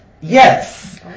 Yes